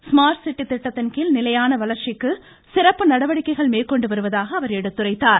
smart city திட்டத்தின்கீழ் நிலையான வளர்ச்சிக்கு சிறப்பு நடவடிக்கைகள் மேற்கொண்டு வருவதாக எடுத்துரைத்தார்